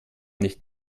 nicht